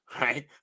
Right